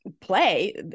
play